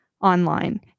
online